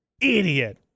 idiot